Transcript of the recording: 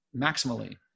maximally